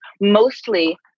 mostly